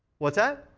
what's that?